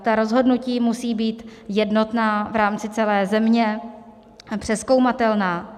Ta rozhodnutí musí být jednotná v rámci celé země, přezkoumatelná.